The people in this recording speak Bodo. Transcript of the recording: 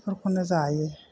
बेफोरखौनो जायो